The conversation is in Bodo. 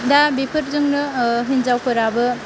दा बेफोरजोंनो हिनजावफोराबो